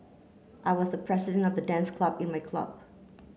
I was the president of the dance club in my club